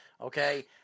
okay